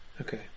Okay